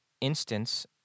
instance